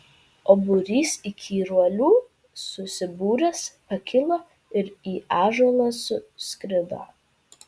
o būrys įkyruolių susibūręs pakilo ir į ąžuolą suskrido